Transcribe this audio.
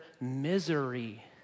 misery